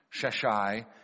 Sheshai